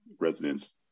residents